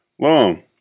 long